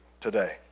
today